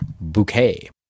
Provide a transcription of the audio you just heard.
bouquet